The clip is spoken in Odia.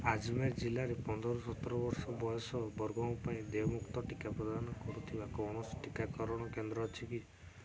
ଆଜ୍ମେର୍ ଜିଲ୍ଲାରେ ପନ୍ଦରରୁ ସତର ବର୍ଷ ବୟସ ବର୍ଗଙ୍କ ପାଇଁ ଦେୟଯୁକ୍ତ ଟିକା ପ୍ରଦାନ କରୁଥିବା କୌଣସି ଟିକାକରଣ କେନ୍ଦ୍ର ଅଛି କି